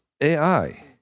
AI